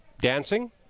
dancing